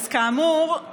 כאמור,